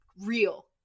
real